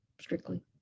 strictly